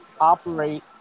operate